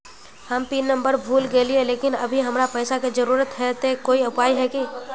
हम pin number भूल गेलिये लेकिन अभी हमरा पैसा के जरुरत है ते कोई उपाय है की?